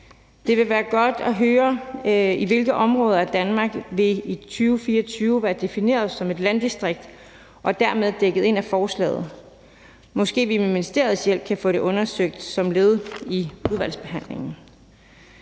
Det vil være godt at høre, hvilke områder af Danmark i 2024 vil være defineret som et landdistrikt og dermed dækket ind af forslaget. Måske vi med ministeriets hjælp kan få det undersøgt som led i udvalgsbehandlingen.